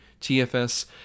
TFS